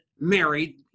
married